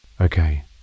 Okay